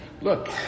look